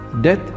Death